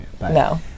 No